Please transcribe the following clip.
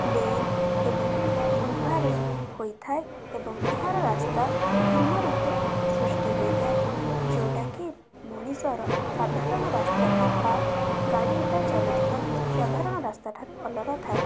plane ଏବଂ ଲୁହାରେ ହୋଇଥାଏ ଏବଂ ଏହାର ରାସ୍ତା ଭିନ୍ନ ରୂପେ ସୃଷ୍ଟି ହୋଇଥାଏ ଯେଉଁଟାକି ମଣିଷର ସାଧାରଣ ରାସ୍ତାଟା ପା ଗାଡ଼ି ଘୋଡ଼ା ଚାଲୁଥିବା ସାଧାରଣ ରାସ୍ତାଠାରୁ ଅଲଗା ଥାଏ